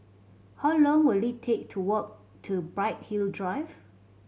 how long will it take to walk to Bright Hill Drive